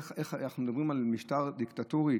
איך, אנחנו מדברים על משטר דיקטטורי,